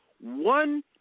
One